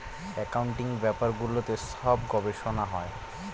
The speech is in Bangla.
একাউন্টিং ব্যাপারগুলোতে সব গবেষনা হয়